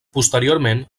posteriorment